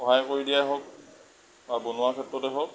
সহায় কৰি দিয়াৰ হওক বা বনোৱাৰ ক্ষেত্ৰতেই হওক